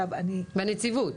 בנציבות?